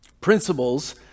principles